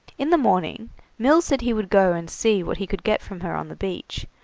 in the morning mills said he would go and see what he could get from her on the beach,